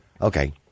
Okay